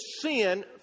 sin